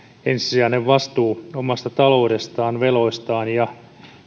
ensisijainen vastuu omasta taloudestaan veloistaan ja